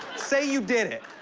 say you did it.